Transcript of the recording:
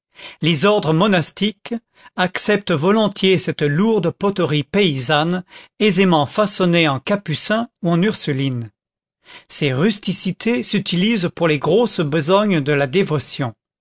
les ordres monastiques acceptent volontiers cette lourde poterie paysanne aisément façonnée en capucin ou en ursuline ces rusticités s'utilisent pour les grosses besognes de la dévotion